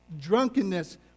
drunkenness